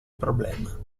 problema